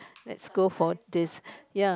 let's go for this ya